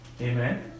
amen